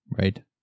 Right